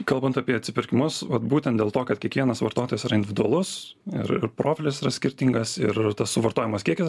kalbant apie atsipirkimus vat būtent dėl to kad kiekvienas vartotojas yra individualus ir ir profilis yra skirtingas ir tas suvartojamas kiekis